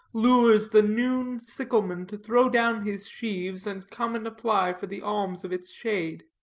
lures the noon sickleman to throw down his sheaves, and come and apply for the alms of its shade.